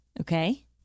Okay